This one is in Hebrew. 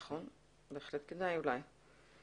נכון, בהחלט כדאי אולי.